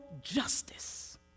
justice